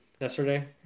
yesterday